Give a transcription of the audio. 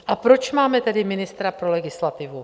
A proč máme tedy ministra pro legislativu?